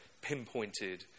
pinpointed